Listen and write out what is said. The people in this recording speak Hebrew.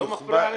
זה לא מפריע לך?